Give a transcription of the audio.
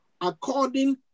according